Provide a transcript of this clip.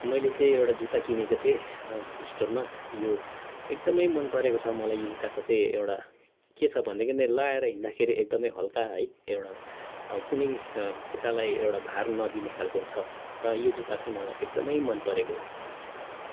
मैले चाहिँ एउटा जुत्ता किनेको थिएँ र स्टोरमा यो एकदमै मनपरेको छ मलाई यो जुत्ताको चाहिँ एउटा के छ भनेदेखि लगाएर हिँड्दाखेरि एकदमै हलका है एउटा कुनै खुट्टालाई एउटा भार नदिने खालको छ र यो जुत्ता चाहिँ मलाई एकदमै मनपरेको हो